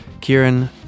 Kieran